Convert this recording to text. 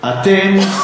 אתם,